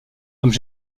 comme